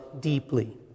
deeply